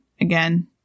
Again